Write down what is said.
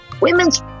women's